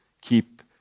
Keep